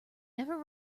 never